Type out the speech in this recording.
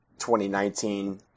2019